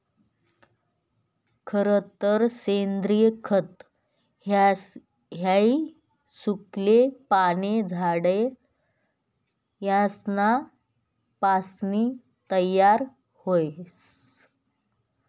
खरतर सेंद्रिय खत हाई सुकेल पाने, झाड यासना पासीन तयार व्हस